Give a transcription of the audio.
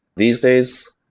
these days,